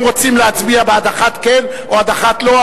רוצים להצביע בעד אחת כן או בעד אחת לא,